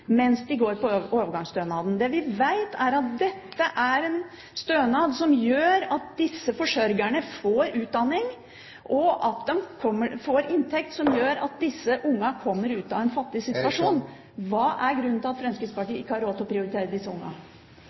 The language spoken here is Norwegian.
mens de går på overgangsstønaden. Det vi vet, er at dette er en stønad som gjør at disse forsørgerne får en utdanning, og at de får en inntekt som gjør at disse ungene kommer ut av en fattig situasjon. Hva er grunnen til at Fremskrittspartiet ikke har råd til å prioritere disse ungene?